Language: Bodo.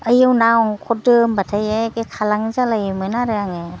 ओयाव ना अंखरदो होमब्लाथाय एखे खालाङो जालायोमोन आरो आङो